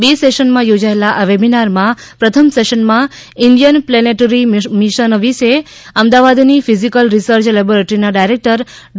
બે સેશનમાં યોજાયેલા આ વેબિનારમાં પ્રથમ સેશનમાં ઇન્ડિયન પ્લેનેટરી મિશન વિશે અમદાવાદની ફીઝીકલ રિસર્ચ લેબોરેટરીના ડાયરેકટર ડો